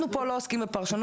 אנחנו פה לא עוסקים בפרשנות.